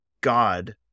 God